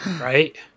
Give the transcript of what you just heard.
Right